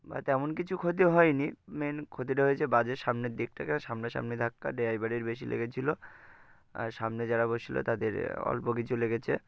বা তেমন কিছু ক্ষতি হয়নি মেন ক্ষতিটা হয়েছে বাজের সামনের দিকটাকে সামনাসামনি ধাক্কা ড্রাইবারারের বেশি লেগেছিলো আর সামনে যারা বসছিল তাদের অল্প কিছু লেগেছে